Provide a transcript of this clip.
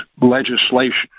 legislation